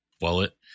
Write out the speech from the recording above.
wallet